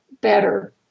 better